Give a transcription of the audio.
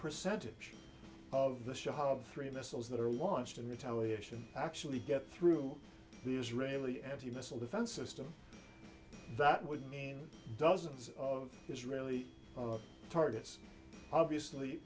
percentage of the shower of three missiles that are launched in retaliation actually get through the israeli anti missile defense system that would mean dozens of israeli targets obviously